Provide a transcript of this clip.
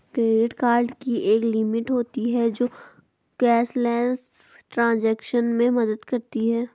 credit card की एक limit होती है जो कैशलेस ट्रांज़ैक्शन में मदद करती है